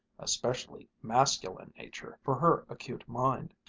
especially masculine nature, for her acute mind.